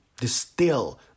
distill